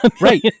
Right